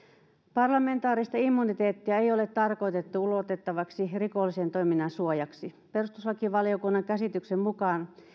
parlamentaarista immuniteettia ei ole tarkoitettu ulotettavaksi rikollisen toiminnan suojaksi perustuslakivaliokunnan käsityksen mukaan